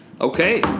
Okay